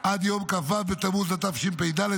עד יום כ"ו בתמוז התשפ"ד,